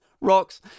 rocks